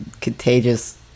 contagious